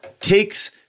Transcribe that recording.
takes